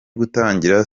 gutangira